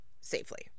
safely